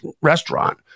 restaurant